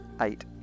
eight